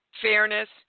fairness